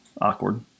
awkward